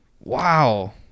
Wow